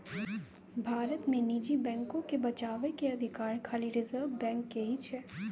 भारत मे निजी बैको के बचाबै के अधिकार खाली रिजर्व बैंक के ही छै